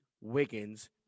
Wiggins